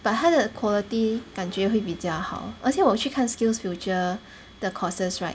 but 他的 quality 感觉会比较好而且我去看 skillsfuture 的 courses right